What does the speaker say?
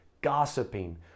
gossiping